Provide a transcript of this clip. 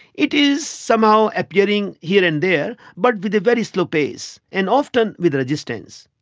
it is somehow appearing here and there but with a very slow pace and often with resistance.